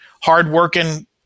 hardworking